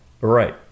Right